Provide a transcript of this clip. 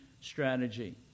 strategy